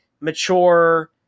mature